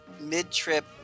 mid-trip